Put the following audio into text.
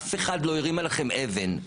אף אחד לא הרים עליכם אבן.